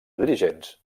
dirigents